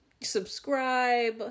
subscribe